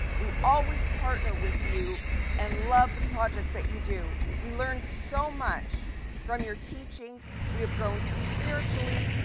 we always partner with you and love the projects that you do. we learned so much from your teachings, we have grown spiritually.